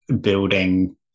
building